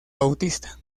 bautista